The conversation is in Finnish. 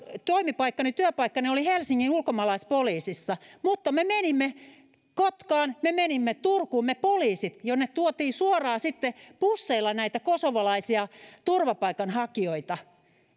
toimipaikkani ja työpaikkani oli helsingin ulkomaalaispoliisissa mutta me poliisit menimme vastaanottamaan kotkaan ja me menimme turkuun jonne tuotiin suoraan sitten busseilla kosovolaisia turvapaikanhakijoita